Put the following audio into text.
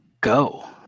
go